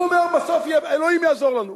הוא אומר: בסוף יהיה, אלוהים יעזור לנו.